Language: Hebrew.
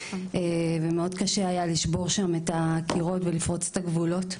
ומאוד קשה היה לשבור שם את הקירות ולפרוץ את הגבולות,